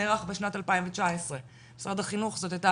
שנערך בשנת 2019. משרד החינוך זאת הייתה